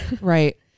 Right